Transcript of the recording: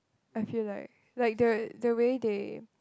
I feel like like the the way they